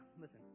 listen